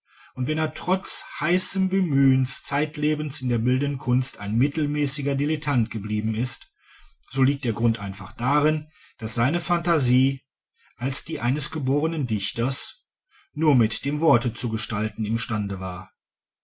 und wenn er trotz heißem bemühen zeitlebens in der bildenden kunst ein mittelmäßiger dilettant geblieben ist so liegt der grund einfach darin daß seine phantasie als die eines geborenen dichters nur mit dem worte zu gestalten imstande war